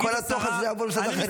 כל התוכן יעבור למשרד אחר.